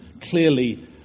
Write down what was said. clearly